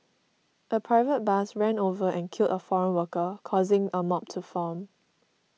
a private bus ran over and killed a foreign worker causing a mob to form